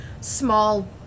small